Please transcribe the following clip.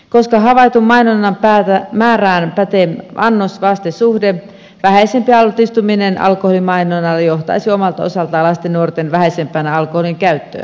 koska havaitun mainonnan määrään pätee annosvaste suhde vähäisempi altistuminen alkoholimainonnalle johtaisi omalta osaltaan lasten ja nuorten vähäisempään alkoholinkäyttöön